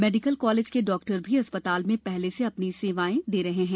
medical college के doctor भी अस्पताल में पहले से अपनी सेवाएं दे रहे हैं